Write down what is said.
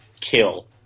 kill